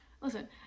Listen